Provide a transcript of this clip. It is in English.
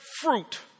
fruit